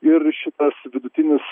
ir šitas vidutinis